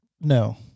No